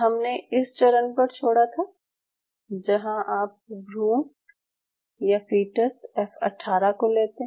हमने इस चरण पर छोड़ा था जहाँ आप भ्रूण या फ़ीटस एफ 18 को लेते हैं